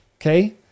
okay